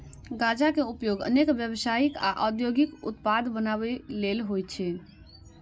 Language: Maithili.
गांजा के उपयोग अनेक व्यावसायिक आ औद्योगिक उत्पाद बनबै लेल होइ छै